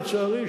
לצערי,